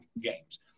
games